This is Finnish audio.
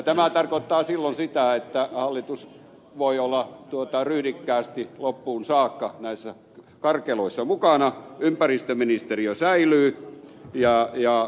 tämä tarkoittaa silloin sitä että hallitus voi olla ryhdikkäästi loppuun saakka näissä karkeloissa mukana ympäristöministeriö säilyy ja ed